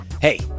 Hey